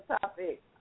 topic